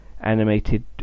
animated